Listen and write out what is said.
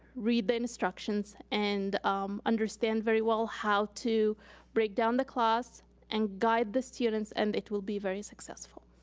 read the instructions and um understand very well how to break down the class and guide the students, and it will be very successful.